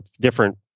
different